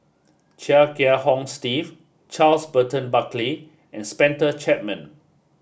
Chia Kiah Hong Steve Charles Burton Buckley and Spencer Chapman